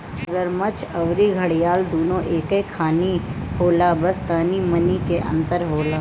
मगरमच्छ अउरी घड़ियाल दूनो एके खानी होला बस तनी मनी के अंतर होला